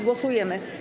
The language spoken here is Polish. Głosujemy.